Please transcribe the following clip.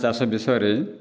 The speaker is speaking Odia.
ଚାଷ ବିଷୟରେ